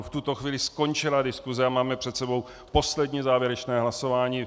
V tuto chvíli skončila diskuse a máme před sebou poslední, závěrečné hlasování.